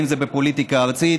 אם זה בפוליטיקה הארצית.